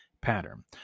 pattern